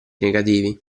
negativi